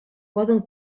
poden